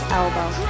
elbow